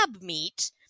meat